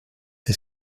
est